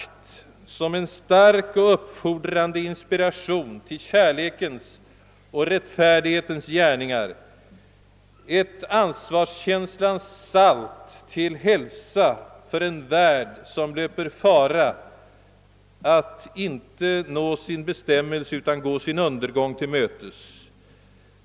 Detta möte gav en stark och uppfordrande inspiration till kärlekens och rättfärdighetens gärningar, distribuerade ett ansvarskänslans salt till hälsa för en värld, som löper fara att inte nå sin bestämmelse utan gå sin undergång till mötes.